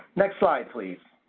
next slide please.